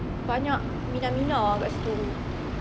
banyak minah minah ah kat situ